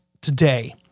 today